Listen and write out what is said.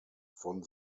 von